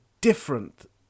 different